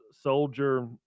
soldier